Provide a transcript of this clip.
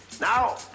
Now